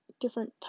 different